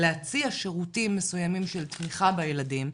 להציע שירותים מסוימים של תמיכה בילדים.